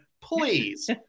Please